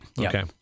Okay